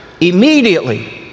immediately